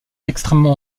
extrêmement